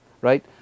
right